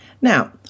Now